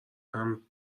همشم